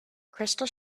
crystal